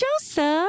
Joseph